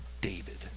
David